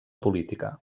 política